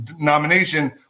nomination